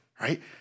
right